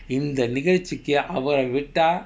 இந்த நிகழ்ச்சிக்கு அவரை விட்டா:intha nigazhchikku avarai vittaa